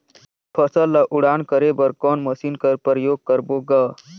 फसल ल उड़ान करे बर कोन मशीन कर प्रयोग करबो ग?